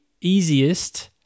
easiest